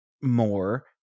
more